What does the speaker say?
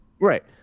Right